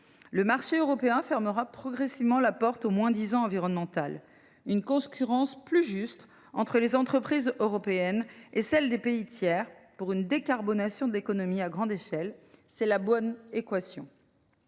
Le marché européen fermera progressivement la porte au moins disant environnemental. Une concurrence plus juste entre les entreprises européennes et celles des pays tiers pour une décarbonation de l’économie à grande échelle : voilà la bonne équation.